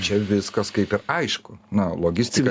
čia viskas kaip ir aišku na logistika